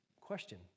Question